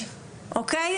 אנחנו